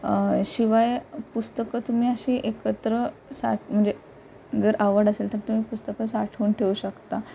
शिवाय पुस्तकं तुम्ही अशी एकत्र साठ म्हणजे जर आवड असेल तर तुम्ही पुस्तकं साठवून ठेवू शकता